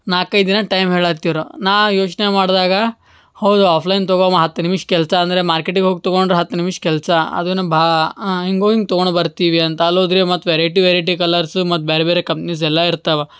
ನಾಲ್ಕೈದು ದಿನ ಟೈಮ್ ಹೇಳುತ್ತಿರು ನಾ ಯೋಚನೆ ಮಾಡಿದಾಗ ಹೌದು ಆಫ್ಲೈನ್ ತೊಗೊಮ್ ಹತ್ತು ನಿಮಿಷ ಕೆಲಸ ಅಂದರೆ ಮಾರ್ಕೆಟಿಗೆ ಹೋಗಿ ತಗೊಂಡ್ರೆ ಹತ್ತು ನಿಮಿಷ ಕೆಲಸ ಅದೂ ಬಾ ಹಿಂಗೋಗ್ ಹಿಂಗ್ ತಗೊಣು ಬರ್ತೀವಿ ಅಂತ ಅಲ್ಲೋದರೆ ಮತ್ತು ವೆರೈಟಿ ವೆರೈಟಿ ಕಲರ್ಸು ಮತ್ತು ಬ್ಯಾರೆ ಬೇರೆ ಕಂಪ್ನೀಸ್ ಎಲ್ಲ ಇರ್ತಾವೆ